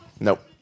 Nope